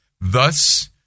Thus